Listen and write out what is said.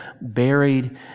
buried